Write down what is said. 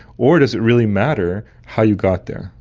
or does it really matter how you got there?